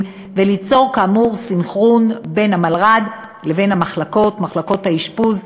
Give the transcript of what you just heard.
וליצור כאמור סנכרון בין המלר"ד לבין מחלקות האשפוז,